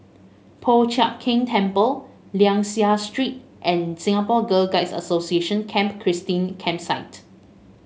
Po Chiak Keng Temple Liang Seah Street and Singapore Girl Guides Association Camp Christine Campsite